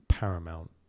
Paramount